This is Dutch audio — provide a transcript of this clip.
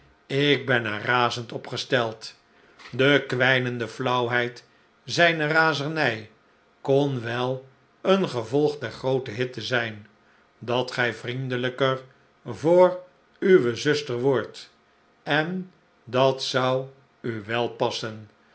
ik ben er razend op gesteld de kwijnende flauwheid zijner razernij kon wel een gevolg der groote hitte zijn dat gij vriendelijker voor uwe zuster wordt en dat zou u wel passen